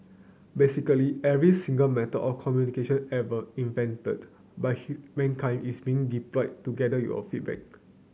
basically every single method of communication ever invented by mankind is being deployed to gather your feedback